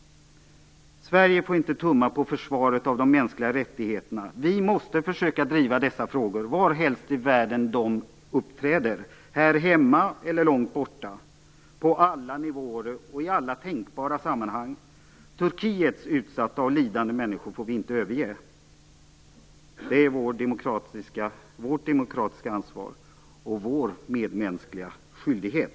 Sverige får inte tumma på försvaret av de mänskliga rättigheterna. Vi måste försöka driva dessa frågor varhelst i världen de uppträder - här hemma eller långt borta, på alla nivåer och i alla tänkbara sammanhang. Turkiets utsatta och lidande människor får vi inte överge. Det är vårt demokratiska ansvar och vår medmänskliga skyldighet.